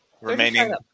remaining